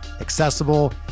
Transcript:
accessible